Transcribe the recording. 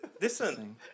Listen